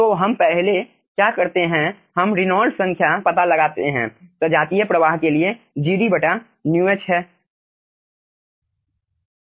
तो हम पहले क्या करते हैं हम रेनॉल्ड्स संख्या reynold's number पता लगाते हैं सजातीय प्रवाह के लिए जो GD μh है